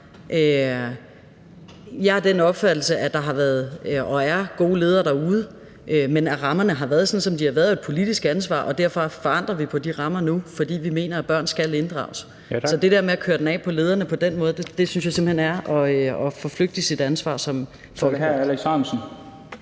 Jeg er af den opfattelse, at der har været og er gode ledere derude, men at rammerne har været, som de har været, er et politisk ansvar, og derfor ændrer vi på de rammer nu, fordi vi mener, at børn skal inddrages. Så det der med at køre den af på lederne på den måde synes jeg simpelt hen er at flygte fra sit ansvar som